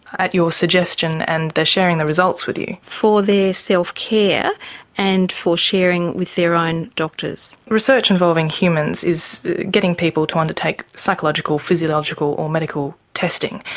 at your suggestion and they're sharing the results with you. for their self-care and for sharing with their own doctors. research involving humans is getting people to undertake psychological, physiological, or medical testing,